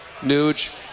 Nuge